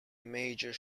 major